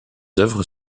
œuvres